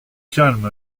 calme